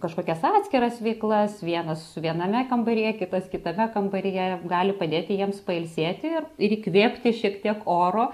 kažkokias atskiras veiklas vienas su viename kambaryje kitas kitame kambaryje gali padėti jiems pailsėti ir ir įkvėpti šiek tiek oro